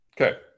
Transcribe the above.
Okay